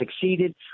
succeeded